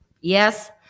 Yes